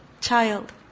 child